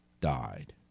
died